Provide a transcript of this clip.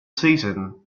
season